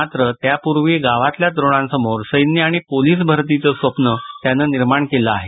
मात्र त्यापूर्वी गावातल्या तरुणांसमोर सैन्य आणि पोलीस भरतीचं स्वप्न त्यानं निर्माण केलं आहे